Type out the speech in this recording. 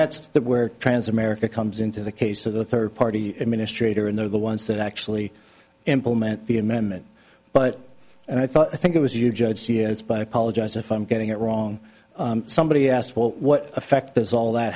that's where trans america comes into the case of the third party administrator and they're the ones that actually implement the amendment but i thought i think it was you judge c s by apologize if i'm getting it wrong somebody asked well what effect does all that